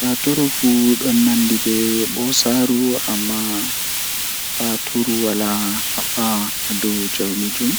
Kaatɓe njifti ko e hoore mum ɗum, ɓe njifti ko tawii e ndiyam.